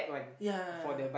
ya